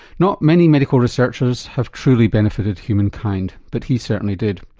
not many medical researchers have truly benefited human kind but he certainly did.